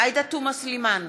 עאידה תומא סלימאן,